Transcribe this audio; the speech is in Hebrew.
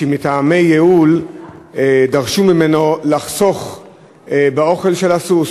שמטעמי ייעול דרשו ממנו לחסוך באוכל של הסוס,